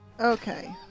Okay